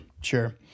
sure